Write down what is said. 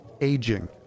Aging